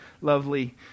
lovely